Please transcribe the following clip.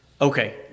Okay